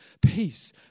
Peace